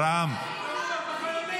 לא מצופה.